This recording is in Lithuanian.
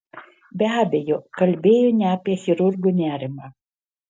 be abejo kalbėjo ne apie chirurgo nerimą